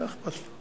עוברים